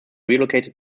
relocated